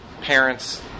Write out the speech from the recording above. parents